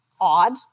odd